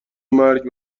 مرگ